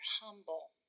humble